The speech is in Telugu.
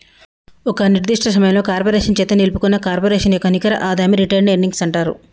ఒక నిర్దిష్ట సమయంలో కార్పొరేషన్ చేత నిలుపుకున్న కార్పొరేషన్ యొక్క నికర ఆదాయమే రిటైన్డ్ ఎర్నింగ్స్ అంటరు